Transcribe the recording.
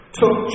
took